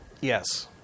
Yes